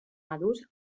madurs